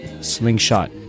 Slingshot